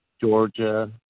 Georgia